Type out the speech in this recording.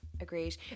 agreed